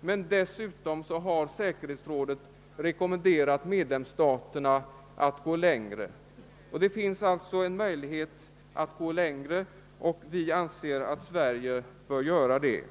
men dessutom har rådet rekommenderat medlemsstaterna att gå längre. Det finns alltså möjligheter för Sverige att gå längre, och vi anser att man bör göra det.